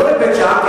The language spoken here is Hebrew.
לא לבית-שאן,